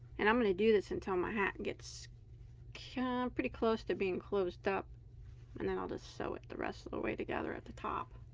and i'm gonna do this until my hat and gets pretty close to being closed up and then i'll just sew it the rest of the way together at the top